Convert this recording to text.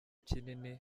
kinini